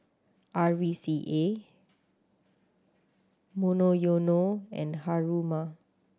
R V C A Monoyono and Haruma